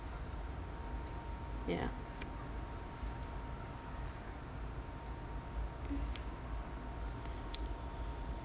ya